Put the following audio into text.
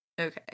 Okay